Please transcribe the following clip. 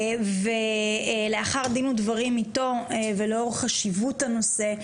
ולאחר דין ודברים אתו ולאור חשיבות הנושא,